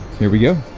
here we go.